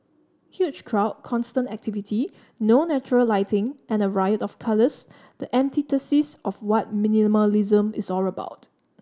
huge crowd constant activity no natural lighting and a riot of colours the antithesis of what minimalism is all about